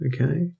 okay